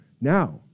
Now